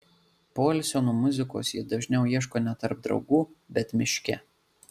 poilsio nuo muzikos ji dažniau ieško ne tarp draugų bet miške